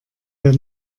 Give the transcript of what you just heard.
der